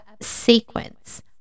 sequence